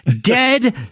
dead